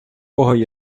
когось